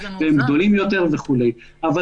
הם גדולים יותר וכו' --- איפה כתוב בחוק אלימות נשית?